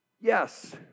yes